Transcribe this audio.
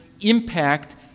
impact